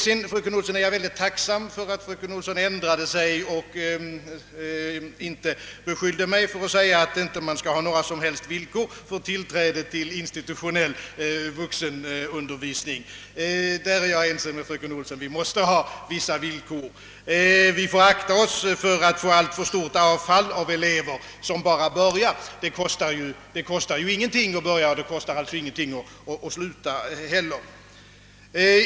Vidare är jag tacksam för att fröken Olsson ändrade sig och inte beskyllde mig för att ha sagt, att vi inte bör ha några som helst villkor för tillträde till institutionell vuxenundervisning. Jag är ense med fröken Olsson om att vi måste uppställa vissa villkor. Vi får akta oss för att få alltför stor avgång av elever som bara påbörjar sina studier. Det kostar ju ingenting att börja, och det kostar alltså inte heller någonting att sluta.